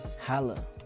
Holla